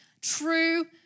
true